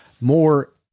more